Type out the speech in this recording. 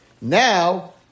now